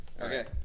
Okay